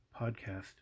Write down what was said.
podcast